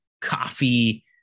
coffee